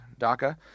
DACA